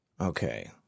Okay